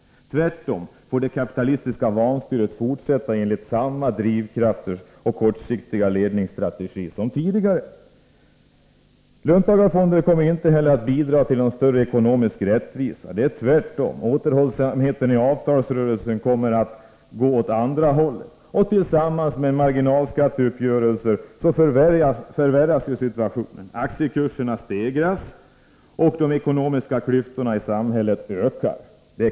Tvärtom får det kapitalistiska vanstyret fortsätta enligt samma drivkrafter och kortsiktiga ledningsstrategi som tidigare. Löntagarfonder kommer inte heller att bidra till någon större ekonomisk rättvisa, tvärtom. Återhållsamheten i avtalsrörelser kommer att gå åt andra hållet. Tillsammans med marginalskatteuppgörelsen förvärras situationen. Aktiekurserna stegras, och de ekonomiska klyftorna i samhället ökar.